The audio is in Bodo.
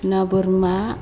ना बोरमा